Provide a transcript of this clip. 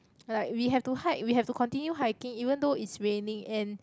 like we have to hike we have to continue hiking even though is raining and